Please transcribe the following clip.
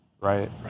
Right